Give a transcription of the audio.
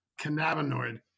cannabinoid